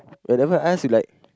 whenever I ask you like